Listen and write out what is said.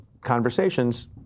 conversations